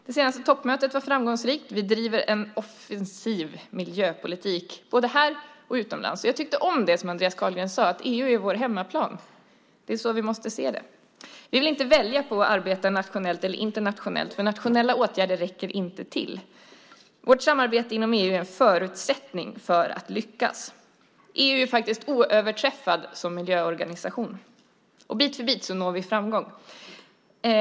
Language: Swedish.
Det senaste toppmötet var framgångsrikt. Vi driver en offensiv miljöpolitik både här och utomlands. Jag tyckte om det Andreas Carlgren sade: EU är vår hemmaplan. Det är så vi måste se det. Vi vill inte välja att arbeta nationellt eller internationellt, för nationella åtgärder räcker inte till. Vårt samarbete inom EU är en förutsättning för att lyckas. EU är faktiskt oöverträffat som miljöorganisation. Bit för bit når vi framgång.